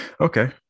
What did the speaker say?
Okay